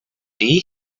tea